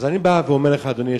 אז אני בא ואומר לך, אדוני היושב-ראש,